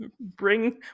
Bring